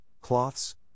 cloths